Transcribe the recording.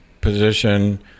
position